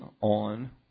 on